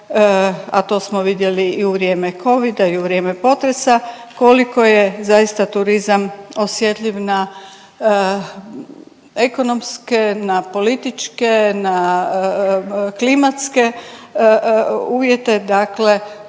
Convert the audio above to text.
a to smo vidjeli i u vrijeme Covida i u vrijeme potresa, koliko je zaista turizam osjetljiv na ekonomske, na političke, na klimatske uvjete, dakle